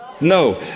No